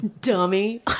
Dummy